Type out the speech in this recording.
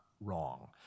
wrong